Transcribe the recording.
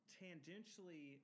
tangentially